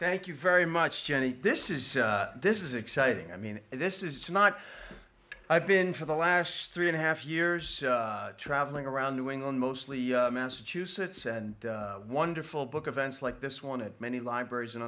thank you very much jenny this is this is exciting i mean this is not i've been for the last three and a half years traveling around new england mostly massachusetts and wonderful book events like this one to many libraries and